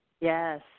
Yes